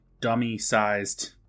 dummy-sized